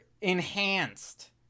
enhanced